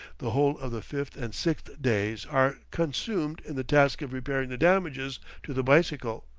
the whole of the fifth and sixth days are consumed in the task of repairing the damages to the bicycle,